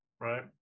right